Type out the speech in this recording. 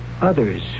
others